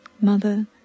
mother